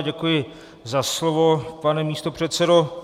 Děkuji za slovo, pane místopředsedo.